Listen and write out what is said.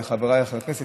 חבריי חברי הכנסת,